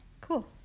cool